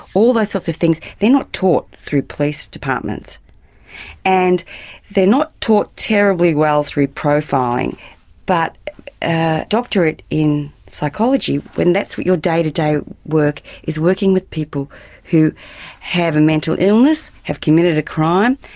all those sorts of things, they're not taught through police departments and they're not taught terribly well through profiling but a doctorate in psychology when that's what your day-to-day work is, working with people who have a mental illness, have committed a crime,